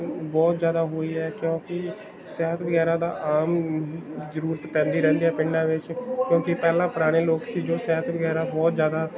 ਬਹੁਤ ਜ਼ਿਆਦਾ ਹੋਈ ਹੈ ਕਿਉਂਕਿ ਸ਼ਹਿਦ ਵਗੈਰਾ ਦਾ ਆਮ ਜ਼ਰੂਰਤ ਪੈਂਦੀ ਰਹਿੰਦੀ ਹੈ ਪਿੰਡਾਂ ਵਿੱਚ ਕਿਉਂਕਿ ਪਹਿਲਾਂ ਪੁਰਾਣੇ ਲੋਕ ਸੀ ਜੋ ਸ਼ਹਿਦ ਵਗੈਰਾ ਬਹੁਤ ਜ਼ਿਆਦਾ